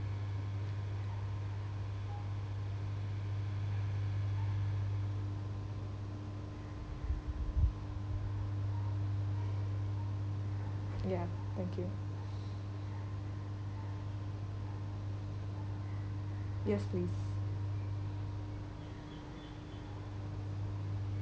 ya thank you yes please